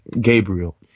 Gabriel